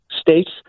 states